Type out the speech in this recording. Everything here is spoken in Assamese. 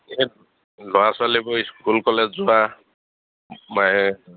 ল'ৰা ছোৱালীবোৰ স্কুল কলেজ যোৱা